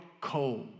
cold